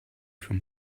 from